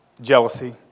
jealousy